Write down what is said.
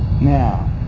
now